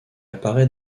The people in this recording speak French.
apparaît